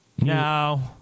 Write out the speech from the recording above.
No